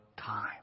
time